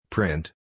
Print